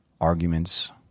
arguments